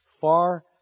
Far